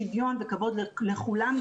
שוויון וכבוד לכולם,